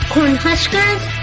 Cornhuskers